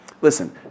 Listen